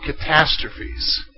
catastrophes